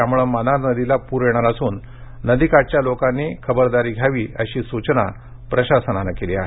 यामूळे मनार नदीला पूर येणार असून नदी काठावरच्या नागरिकांनी खबरदारी घ्यावी अशी सूचना प्रशासनाने केली आहे